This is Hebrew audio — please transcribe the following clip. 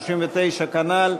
39 כנ"ל.